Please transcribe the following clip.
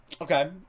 Okay